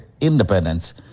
independence